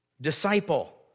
disciple